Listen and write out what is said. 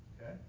Okay